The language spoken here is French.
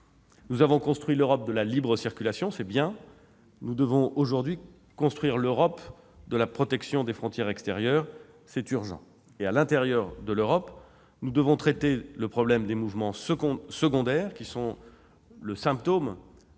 Nous avons construit l'Europe de la libre circulation : c'est bien. Nous devons aujourd'hui construire l'Europe de la protection des frontières extérieures : c'est urgent ! Et à l'intérieur de l'Europe, nous devons traiter le problème des mouvements secondaires, qui sont le symptôme